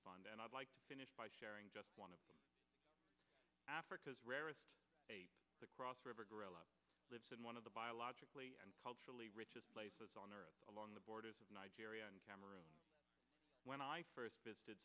fund and i'd like to finish by sharing just one of africa's rarest the cross river gorilla lives in one of the biologically and culturally richest places on earth along the borders of nigeria and cameroon when i first visited